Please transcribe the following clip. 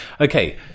Okay